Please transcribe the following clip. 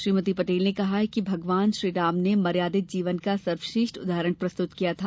श्रीमती पटेल ने कहा है कि भगवानश्रीराम ने मर्यादित जीवन सर्वश्रेष्ठ उदाहरण प्रस्तुत किया गया था